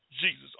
Jesus